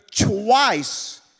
twice